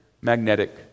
magnetic